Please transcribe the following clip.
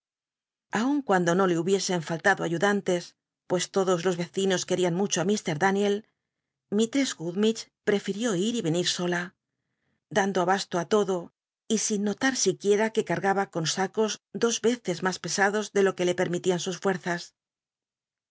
aun cuando no le hubiesen faltado ayudantes roes todos los vecinos querían mucho ilr daniel mistrcss gummidge prefirió ir y vcni sola dando abasto á todo y sin notar siquiera que cargaba con sacos dos veces mas pesados de lo que permitían sus